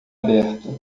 aberta